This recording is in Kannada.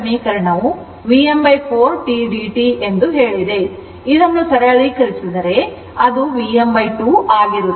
ಆದ್ದರಿಂದ ಇದನ್ನು ಸರಳೀಕರಿಸಿದರೆ ಅದು Vm 2 ಆಗಿರುತ್ತದೆ